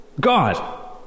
God